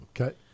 Okay